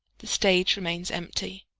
the stage remains empty.